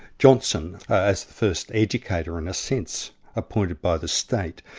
johnson, as the first educator in a sense, appointed by the state,